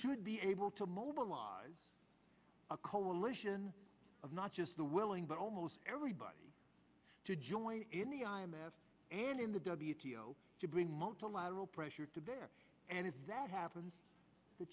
should be able to mobilize a coalition of not just the willing but almost everybody to join in the i m f and in the double to bring multilateral pressure to bear and if that happens the